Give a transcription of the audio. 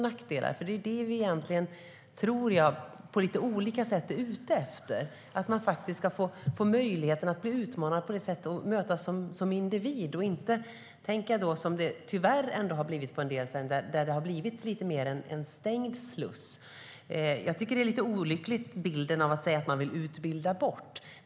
Jag tror att det är det som vi egentligen på lite olika sätt är ute efter: att man faktiskt ska få möjligheten att bli utmanad och mötas som individ och inte, som det tyvärr ändå har blivit på en del ställen, hamna i lite mer av en stängd sluss. Jag tycker att det är lite olyckligt att säga att man vill utbilda bort.